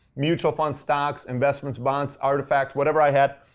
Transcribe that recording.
mutual funds, stocks, investments, bonds, artifacts, whatever i had,